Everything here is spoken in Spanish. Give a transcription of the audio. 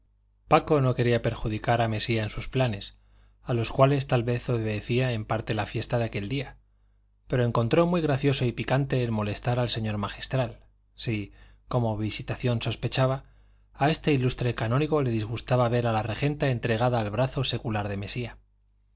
paco no quería perjudicar a mesía en sus planes a los cuales tal vez obedecía en parte la fiesta de aquel día pero encontró muy gracioso y picante el molestar al señor magistral si como visitación sospechaba a este ilustre canónigo le disgustaba ver a la regenta entregada al brazo secular de mesía